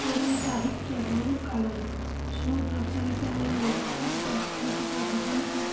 ଓଡ଼ିଆ ସାହିତ୍ୟ ବହୁ କାଳରୁ ସୁପ୍ରଚାରିତ ହୋଇ ଓଡ଼ିଶାର ସାଂସ୍କୃତିକ ଜୀବନକୁ